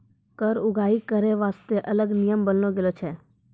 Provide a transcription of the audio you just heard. कर उगाही करै बासतें अलग नियम बनालो गेलौ छै